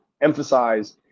emphasize